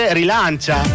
rilancia